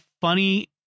funny